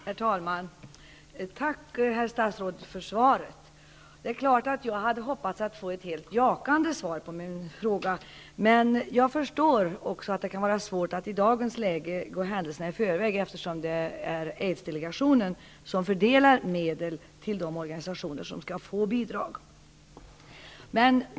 Herr talman! Tack, herr statsråd, för svaret. Det är klart att jag hade hoppats att få ett helt jakande svar på min fråga. Men jag förstår att det kan vara svårt att gå händelserna i förväg i dagens läge, eftersom Aids-delegationen skall förmedla medel till de organisationer som skall få bidrag.